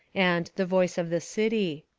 and the voice of the city.